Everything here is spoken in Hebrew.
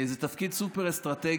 זה תפקיד סופר-אסטרטגי,